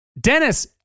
Dennis